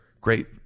Great